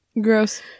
Gross